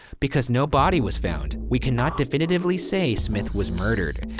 because no body was found, we cannot definitively say smith was murdered.